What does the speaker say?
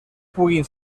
puguin